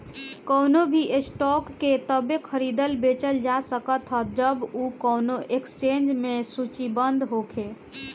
कवनो भी स्टॉक के तबे खरीदल बेचल जा सकत ह जब उ कवनो एक्सचेंज में सूचीबद्ध होखे